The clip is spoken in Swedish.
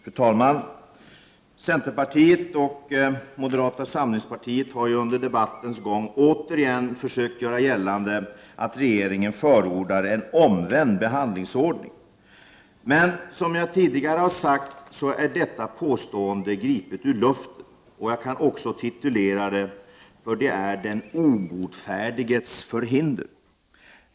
Fru talman! Centerpartiet och moderata samlingspartiet har under debattens gång återigen försökt göra gällande att regeringen förordar en omvänd behandlingsordning. Som jag tidigare har sagt, är detta påstående gripet ur luften, och jag kan titulera det ”den obotfärdiges förhinder”.